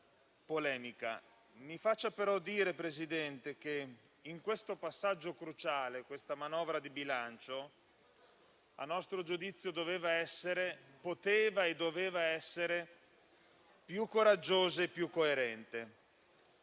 consenta tuttavia di dire, Presidente, che in questo passaggio cruciale la manovra di bilancio, a nostro giudizio, poteva e doveva essere più coraggiosa e più coerente.